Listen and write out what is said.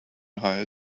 hire